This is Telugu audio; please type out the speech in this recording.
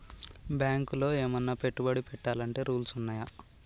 బ్యాంకులో ఏమన్నా పెట్టుబడి పెట్టాలంటే రూల్స్ ఉన్నయా?